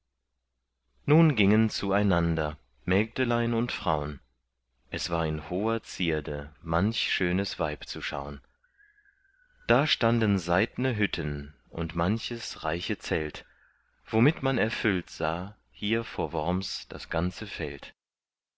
nun gingen zueinander mägdelein und fraun es war in hoher zierde manch schönes weib zu schaun da standen seidne hütten und manches reiche zelt womit man erfüllt sah hier vor worms das ganze feld